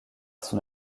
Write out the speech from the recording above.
son